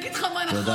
אני אגיד לך מה נכון,